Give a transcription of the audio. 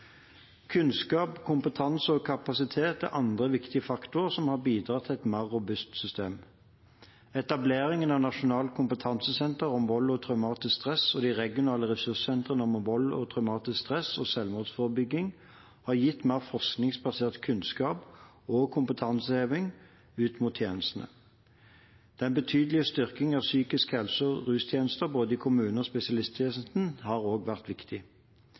Kunnskap, kompetanse og kapasitet er andre viktige faktorer som har bidratt til et mer robust system. Etableringen av Nasjonalt kunnskapssenter om vold og traumatisk stress og de regionale ressurssentrene om vold, traumatisk stress og selvmordsforebygging har gitt mer forskningsbasert kunnskap og kompetanseheving ut mot tjenestene. Den betydelige styrkingen av psykisk helse- og rustjenester både i kommunene og i spesialisthelsetjenesten har også vært viktig.